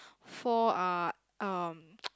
four are um